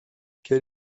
quel